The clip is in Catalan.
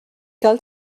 cal